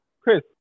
Chris